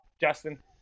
justin